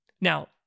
Now